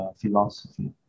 philosophy